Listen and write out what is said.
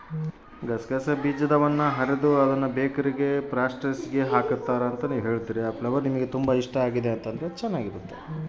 ಗಸಗಸೆ ಬೀಜದವನ್ನ ಅರೆದು ಅದ್ನ ಬೇಕರಿಗ ಪ್ಯಾಸ್ಟ್ರಿಸ್ಗೆ ಹಾಕುತ್ತಾರ, ನನಗೆ ಆ ಫ್ಲೇವರ್ ತುಂಬಾ ಇಷ್ಟಾ